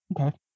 Okay